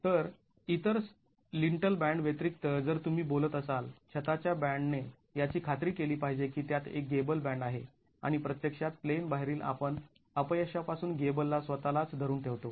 तर इतर lintel band व्यतिरिक्त जर तुम्ही बोलत असाल छताच्या बॅन्डने याची खात्री केली पाहिजे की त्यात एक गेबल बॅन्ड आहे आणि प्रत्यक्षात प्लेन बाहेरील आपण अपयशापासून गेबलला स्वतःलाच धरून ठेवतो